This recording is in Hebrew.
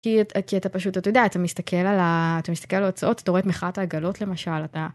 כי אתה פשוט, אתה יודע, אתה מסתכל על ה, אתה מסתכל על ההוצאות, אתה רואה את מחאת העגלות למשל, אתה.